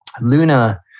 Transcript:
Luna